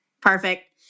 Perfect